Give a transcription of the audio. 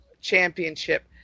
championship